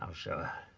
sure